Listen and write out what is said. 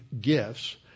gifts